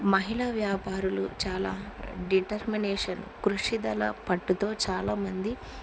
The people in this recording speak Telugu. మహిళ వ్యాపారులు చాలా డిటర్మినేషన్ కృషిదల పట్టుతో చాలామంది